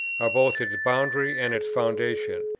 are both its boundary and its foundation.